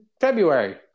february